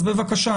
בבקשה.